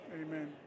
Amen